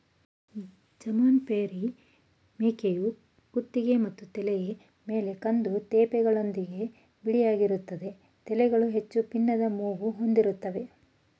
ಜಮ್ನಾಪರಿ ಮೇಕೆಯು ಕುತ್ತಿಗೆ ಮತ್ತು ತಲೆಯ ಮೇಲೆ ಕಂದು ತೇಪೆಗಳೊಂದಿಗೆ ಬಿಳಿಯಾಗಿರ್ತದೆ ತಲೆಗಳು ಹೆಚ್ಚು ಪೀನದ ಮೂಗು ಹೊಂದಿರ್ತವೆ